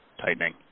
tightening